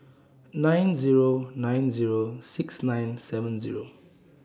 nine Zero nine Zero six nine seven Zero